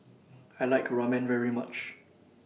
I like Ramen very much